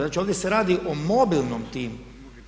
Znači, ovdje se radi o mobilnom timu.